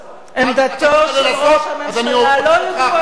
אתה רוצה לנסות, אז אני אוציא אותך אחר כבוד.